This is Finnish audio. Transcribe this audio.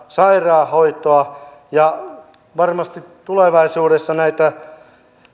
sairaanhoitoa ja varmasti tulevaisuudessa näitä